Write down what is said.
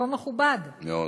מקום מכובד, מאוד.